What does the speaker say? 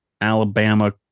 alabama